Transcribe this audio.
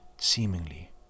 seemingly